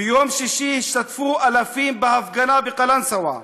ביום שישי השתתפו אלפים בהפגנה בקלנסואה,